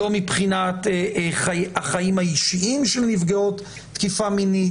לא מבחינת החיים האישיים של נפגעות תקיפה מינית.